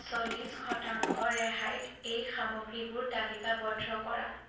চল্লিছ শতাংশ ৰেহাইত এই সামগ্ৰীবোৰ তালিকাবদ্ধ কৰা